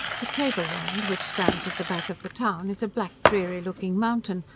the table land, which stands at the back of the town, is a black dreary looking mountain,